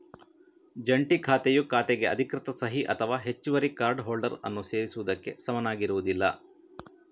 ಜಂಟಿ ಖಾತೆಯು ಖಾತೆಗೆ ಅಧಿಕೃತ ಸಹಿ ಅಥವಾ ಹೆಚ್ಚುವರಿ ಕಾರ್ಡ್ ಹೋಲ್ಡರ್ ಅನ್ನು ಸೇರಿಸುವುದಕ್ಕೆ ಸಮನಾಗಿರುವುದಿಲ್ಲ